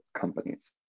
companies